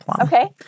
Okay